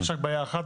יש רק בעיה אחת.